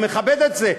אני מכבד את זה.